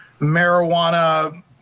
Marijuana